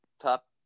top